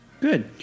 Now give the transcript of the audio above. Good